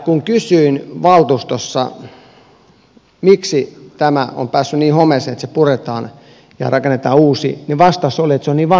kun kysyin valtuustossa miksi tämä on päässyt niin homeeseen että se puretaan ja rakennetaan uusi niin vastaus oli että se on niin vanha se rakennus